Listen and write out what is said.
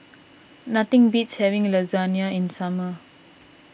nothing beats having Lasagne in the summer